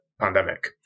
pandemic